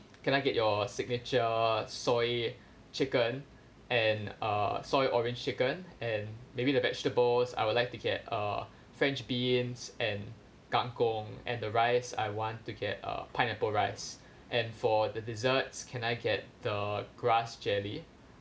can I get your signature soy chicken and uh soy orange chicken and maybe the vegetables I would like to get uh french beans and kangkung and the rice I want to get uh pineapple rice and for the desserts can I get the grass jelly